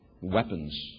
weapons